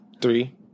three